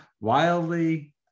wildly